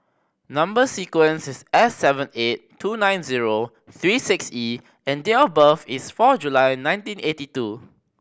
number sequence is S seven eight two nine zero three six E and date of birth is four July nineteen eighty two